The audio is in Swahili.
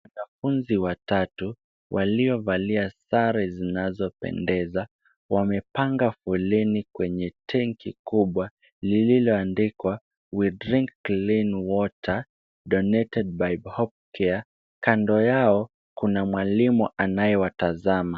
Wanafunzi watatu waliovalia sare zinazopendeza, wamepanga foleni kwenye tenki kubwa lililoandikwa We Drink Clean Water , Donated by Bhob Care. Kando yao kuna mwalimu anayewatazama.